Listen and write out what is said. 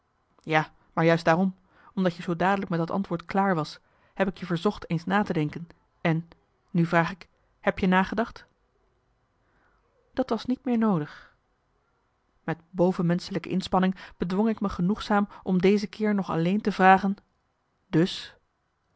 ja maar juist daarom omdat je zoo dadelijk met dat antwoord klaar was heb ik je verzocht eens na te denken en nu vraag ik heb je nagedacht dat was niet meer noodig met bovenmenschelijke inspanning bedwong ik me genoegzaam om deze keer nog alleen te vragen dus